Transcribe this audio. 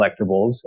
collectibles